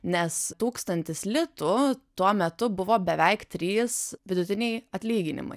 nes tūkstantis litų tuo metu buvo beveik trys vidutiniai atlyginimai